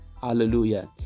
Hallelujah